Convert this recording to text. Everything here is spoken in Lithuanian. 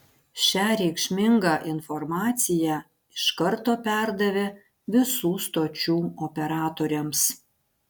šią reikšmingą informaciją iš karto perdavė visų stočių operatoriams